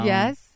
Yes